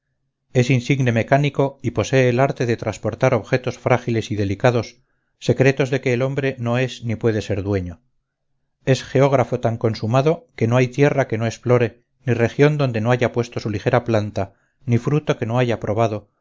es insigne mecánico y posee el arte de trasportar objetos frágiles y delicados secretos de que el hombre no es ni puede ser dueño es geógrafo tan consumado que no hay tierra que no explore ni región donde no haya puesto su ligera planta ni fruto que no haya probado